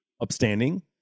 upstanding